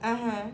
(uh huh)